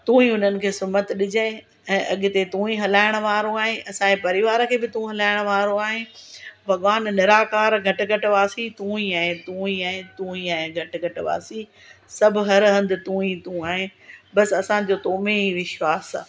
तू ई हुनखे सुमत ॾिजइं ऐं अॻिते तू ई हलाइण वारो आहे असांजे परिवार खे बि तू हलाइण वारो आहे भगवान निराकार घटि घटि वासी तू ई आहे तू ई आहे तू ई आहे घटि घटि वासी सभु हर हंधि तू ई तू आहे बसि असांजो तो में ई विश्वासु आहे